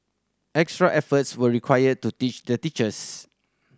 extra efforts were required to teach the teachers